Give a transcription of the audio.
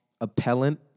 appellant